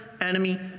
enemy